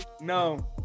No